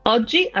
Oggi